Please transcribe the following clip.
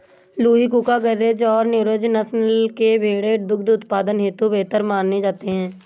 लूही, कूका, गरेज और नुरेज नस्ल के भेंड़ दुग्ध उत्पादन हेतु बेहतर माने जाते हैं